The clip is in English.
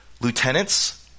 lieutenants